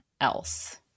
else